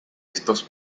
estos